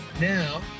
Now